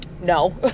No